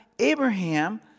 Abraham